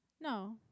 No